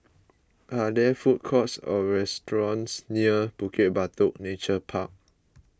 are there food courts or restaurants near Bukit Batok Nature Park